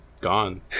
gone